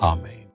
Amen